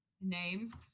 name